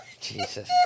Jesus